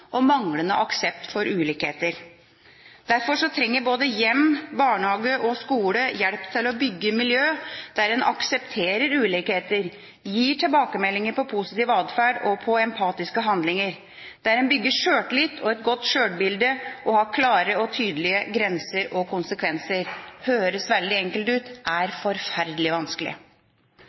og manglende aksept for ulikheter. Derfor trenger både hjem, barnehage og skole hjelp til å bygge miljøer der man aksepterer ulikheter, gir tilbakemeldinger på positiv adferd og på empatiske handlinger, der man bygger sjøltillit og et godt sjølbilde og har klare og tydelige grenser og konsekvenser. Det høres veldig enkelt ut – det er forferdelig vanskelig.